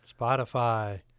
Spotify